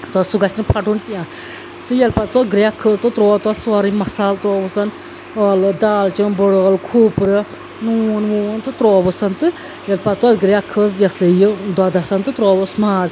تہٕ سُہ گژھہِ نہٕ پھٹُن کیٚنٛہہ تہٕ ییٚلہِ پَتہٕ تَتھ گرٛیٚکھ کھٔژ تہٕ ترٛوو تَتھ سورُے مَصالہٕ ترٛووُس عٲلہٕ دالچٮیٖن بٔڑ ٲلہٕ خوٗپرٕ نوٗن ووٗن تہٕ ترٛووُس تہٕ ییٚلہِ پَتہٕ تَتھ گرٛیٚکھ کھٔژ یہِ ہسا یہِ دوٚدھَس تہٕ ترٛووہَس ماز